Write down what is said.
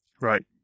Right